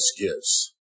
gives